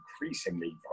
increasingly